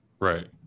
Right